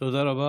תודה רבה.